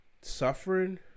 suffering